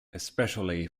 especially